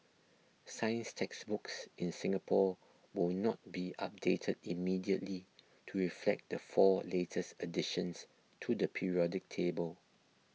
science textbooks in Singapore will not be updated immediately to reflect the four latest additions to the periodic table